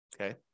Okay